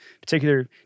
particular